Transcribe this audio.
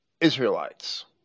Israelites